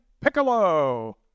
Piccolo